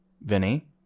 Vinny